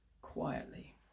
quietly